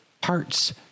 parts